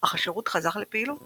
אך השירות חזר לפעילות